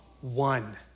One